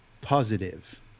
positive